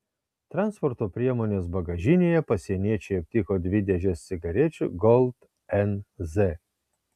transporto priemonės bagažinėje pasieniečiai aptiko dvi dėžes cigarečių gold nz